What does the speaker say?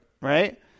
right